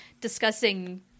discussing